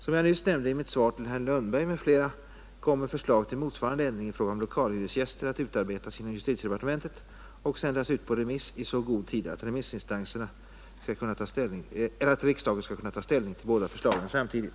Som jag nyss nämnde i mitt svar till herr Lundberg m.fl. kommer förslag till motsvarande ändring i fråga om lokalhyresgäster att utarbetas inom justitiedepartementet och sändas ut på remiss i så god tid att riksdagen skall kunna ta ställning till de båda förslagen samtidigt.